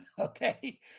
Okay